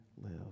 live